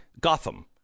Gotham